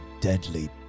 deadly